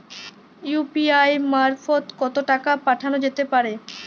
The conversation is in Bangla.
ইউ.পি.আই মারফত কত টাকা পাঠানো যেতে পারে?